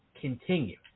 continue